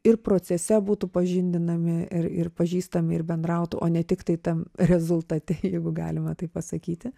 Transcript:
ir procese būtų pažindinami ir ir pažįstami ir bendrautų o ne tiktai tam rezultate jeigu galima taip pasakyti